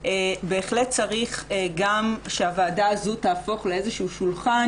בהחלט צריך גם שהוועדה הזו תהפוך לאיזשהו שולחן